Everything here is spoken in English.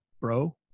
bro